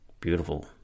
beautiful